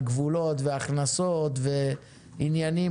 על גבולות והכנסות ועניינים.